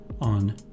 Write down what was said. on